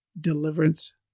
Deliverance